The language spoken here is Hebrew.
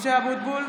(קוראת בשמות חברי הכנסת) משה אבוטבול,